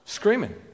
screaming